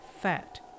fat